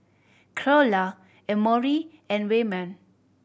Creola Emory and Wayman